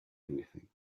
anything